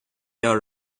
your